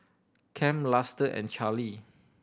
Kem Luster and Charly